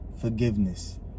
forgiveness